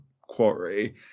quarry